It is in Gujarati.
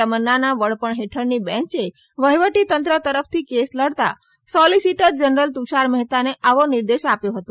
રામન્નાના વડપણ હેઠળની બેન્ચે વહીવટીતંત્ર તરફથી કેસ લડતા સોલીસીટર જનરલ તુષાર મહેતાને આવો નિર્દેશ આપ્યો હતો